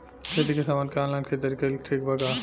खेती के समान के ऑनलाइन खरीदारी कइल ठीक बा का?